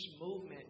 movement